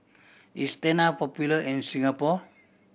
is Tena popular in Singapore